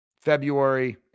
February